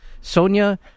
Sonia